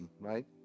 right